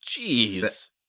Jeez